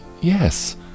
yes